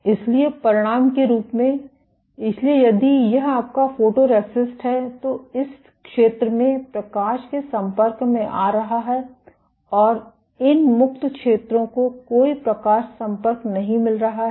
इसलिए परिणाम के रूप में इसलिए यदि यह आपका फोटोरेसिस्ट है तो इस क्षेत्र में प्रकाश के संपर्क में आ रहा है और इन मुक्त क्षेत्रों को कोई प्रकाश संपर्क नहीं मिल रहा है